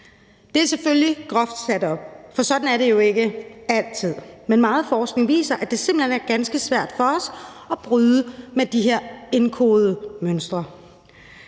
Det er selvfølgelig groft sat op, for sådan er det jo ikke altid. Men meget forskning viser, at det simpelt hen er ganske svært for os at bryde med de her indkodede mønstre.